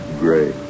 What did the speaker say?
gray